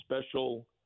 special